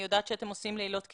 אני יודעת שאתם עושים ליליות כימים.